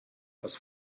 aus